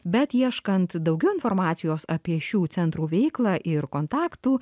bet ieškant daugiau informacijos apie šių centrų veiklą ir kontaktų